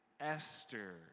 Esther